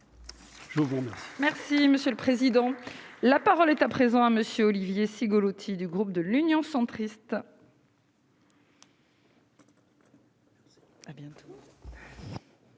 je vous remercie.